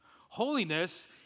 Holiness